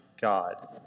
God